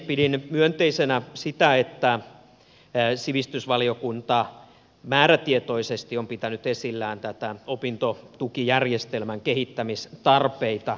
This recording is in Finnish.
pidän myönteisenä sitä että sivistysvaliokunta määrätietoisesti on pitänyt esillä opintotukijärjestelmän kehittämistarpeita